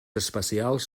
especials